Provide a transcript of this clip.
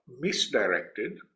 misdirected